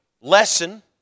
lesson